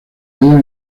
hallan